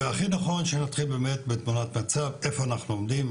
הכי נכון שנתחיל בתמונת מצב איפה אנחנו עומדים.